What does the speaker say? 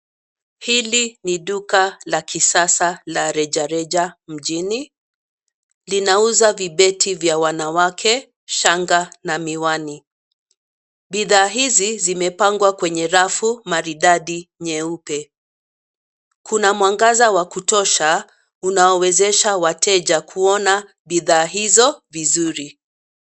Hili ni duka la kisasa la rejereja mjini, linauza vibeti vya wanawake, shanga na miwani. Bidhaa hizi zimepangwa kwenye rafu maridadi nyeupe, kuna mwangaza wa kutosha unaowezesha wateja kuona bidhaa hizo vizuri.